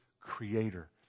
creator